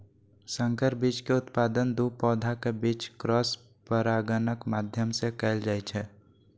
संकर बीज के उत्पादन दू पौधाक बीच क्रॉस परागणक माध्यम सं कैल जाइ छै